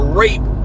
rape